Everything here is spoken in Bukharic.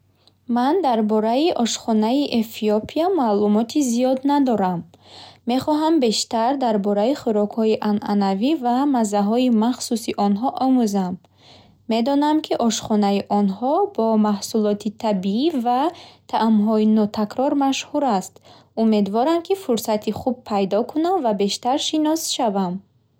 Ман дар бораи ошхонаи Эфиопия маълумоти зиёд надорам. Мехоҳам бештар дар бораи хӯрокҳои анъанавӣ ва маззаҳои махсуси онҳо омӯзам. Медонам, ки ошхонаи онҳо бо маҳсулоти табиӣ ва таъмҳои нотакрор машҳур аст. Умедворам, ки фурсати хуб пайдо кунам ва бештар шинос шавам.